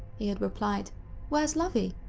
he had replied where is lovie?